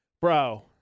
bro